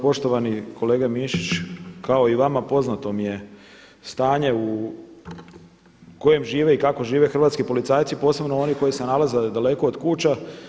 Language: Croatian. Poštovani kolega Mišić, kao i vama poznato mi je stanje u kojem žive i kako žive hrvatski policajci, posebno oni koji se nalaze daleko od kuća.